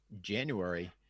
January